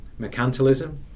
mercantilism